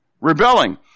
Rebelling